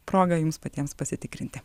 proga jums patiems pasitikrinti